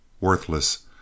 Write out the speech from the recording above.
worthless